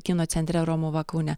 kino centre romuva kaune